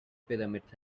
pyramids